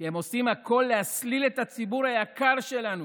כי הם עושים הכול להסליל את הציבור היקר שלנו,